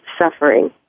suffering